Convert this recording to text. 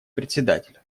председателя